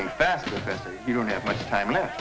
things that you don't have much time left